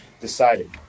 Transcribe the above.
decided